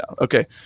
okay